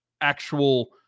actual